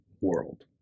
world